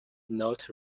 not